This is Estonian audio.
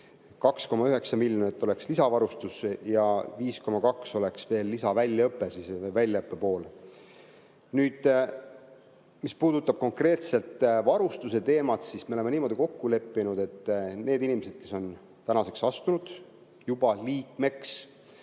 2,9 miljonit oleks lisavarustusse ja 5,2 oleks veel lisaväljaõppe pool. Mis puudutab konkreetselt varustuse teemat, siis me oleme niimoodi kokku leppinud, et need inimesed, kes on tänaseks astunud juba liikmeks